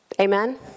Amen